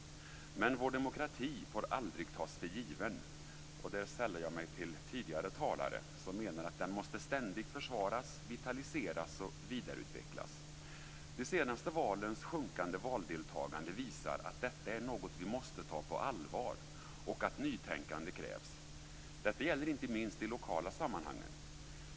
Men vår demokrati får aldrig tas för given, och där sällar jag mig till tidigare talare som menar att den ständigt måste försvaras, vitaliseras och vidareutvecklas. De senaste valens sjunkande valdeltagande visar att detta är något vi måste ta på allvar och att nytänkande krävs. Detta gäller inte minst de lokala sammanhangen.